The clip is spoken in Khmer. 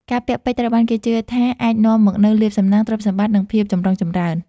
ការពាក់ពេជ្រត្រូវបានគេជឿថាអាចនាំមកនូវលាភសំណាង ទ្រព្យសម្បត្តិ និងភាពចម្រុងចម្រើន។